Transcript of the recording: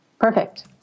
perfect